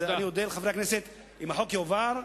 אז אני אודה לחברי הכנסת אם החוק יועבר.